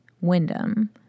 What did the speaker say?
Wyndham